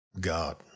God